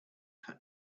had